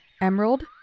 Emerald